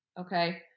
Okay